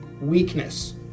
weakness